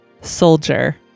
soldier